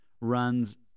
runs